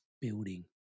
building